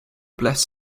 bless